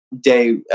day